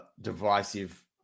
divisive